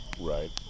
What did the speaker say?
Right